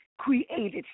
created